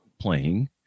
playing